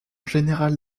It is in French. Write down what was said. général